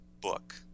book